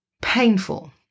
painful